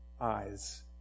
eyes